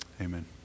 Amen